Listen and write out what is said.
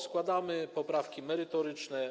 Składamy poprawki merytoryczne.